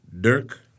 Dirk